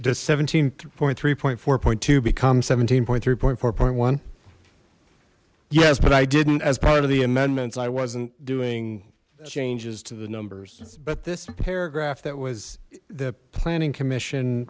does seventeen point three point four point to become seventeen point three point four point one yes but i didn't as part of the amendments i wasn't doing changes to the numbers but this paragraph that was the planning commission